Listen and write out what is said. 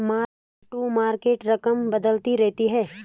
mark to market रकम बदलती रहती है